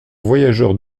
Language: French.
voyageurs